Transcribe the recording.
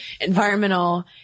environmental